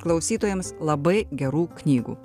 klausytojams labai gerų knygų